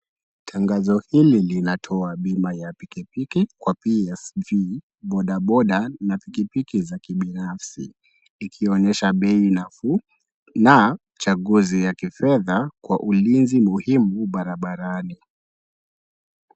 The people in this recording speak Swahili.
Tangazo hili linatoa bima ya piki piki kwa PSV, boda boda, na pikipiki za kibinafsi. Ikionyesha bei nafuu, na chaguzi ya kifedha kwa ulinzi muhimu barabarani.